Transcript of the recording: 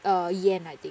oh yen I think